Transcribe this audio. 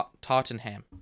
Tottenham